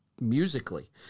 Musically